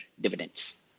dividends